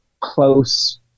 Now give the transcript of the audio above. close